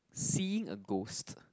seeing a ghost